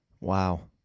wow